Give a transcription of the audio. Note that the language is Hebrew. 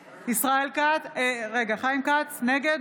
כץ, נגד